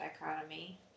dichotomy